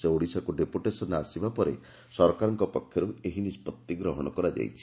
ସେ ଓଡ଼ିଶାକୁ ଡେପୁଟେସନରେ ଆସିବା ପରେ ସରକାରଙ୍କ ପକ୍ଷରୁ ଏହି ନିଷ୍ବଉି ଗ୍ରହଣ କରାଯାଇଛି